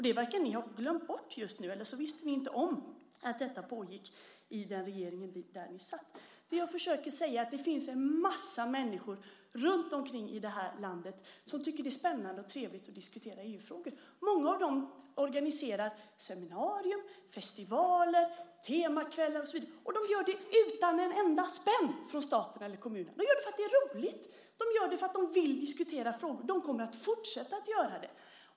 Det verkar ni ha glömt bort just nu, eller så visste ni inte om att detta pågick i den regering där ni satt. Det jag försöker säga är att det finns en massa människor runtom i det här landet som tycker att det är spännande och trevligt att diskutera EU-frågor. Många av dem organiserar seminarier, festivaler, temakvällar och så vidare. Och de gör det utan en enda spänn från staten eller kommunen. De gör det för att det är roligt. De gör det för att de vill diskutera frågor. De kommer att fortsätta att göra det.